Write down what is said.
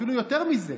אפילו יותר מזה.